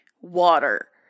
water